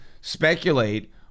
speculate